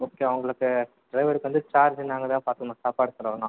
okay அவங்களுக்கு ட்ரைவர்க்கு வந்து சார்ஜு நாங்கள் தான் பார்த்துக்கணும் சாப்பாட்டு செலவுலாம்